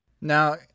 Now